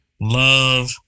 love